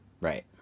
Right